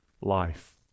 life